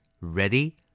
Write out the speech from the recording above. Ready